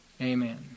Amen